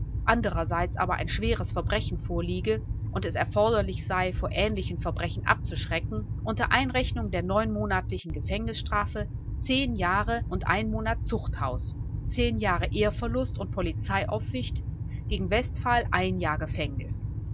andererseits aber ein schweres verbrechen vorliege und es erforderlich sei vor ähnlichen verbrechen abzuschrecken unter einrechnung der neunmonatlichen gefängnisstrafe zehn jahre und einen monat zuchthaus zehn jahre ehrverlust und polizeiaufsicht gegen westphal ein jahr gefängnis